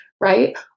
right